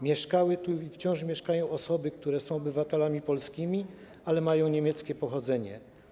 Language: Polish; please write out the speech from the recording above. Mieszkały tu i wciąż mieszkają osoby, które są obywatelami polskimi, ale mają niemieckie pochodzenie.